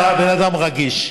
עדיין, ואתה בן אדם רגיש.